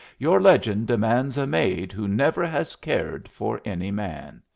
your legend demands a maid who never has cared for any man.